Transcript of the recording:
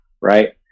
right